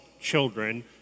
children